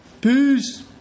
peace